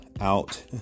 out